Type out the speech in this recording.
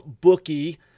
bookie